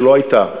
שלא הייתה: